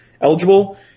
eligible